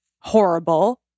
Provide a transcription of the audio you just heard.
horrible